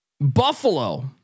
Buffalo